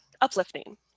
uplifting